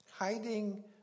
Hiding